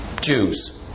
Jews